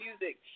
music